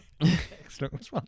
Excellent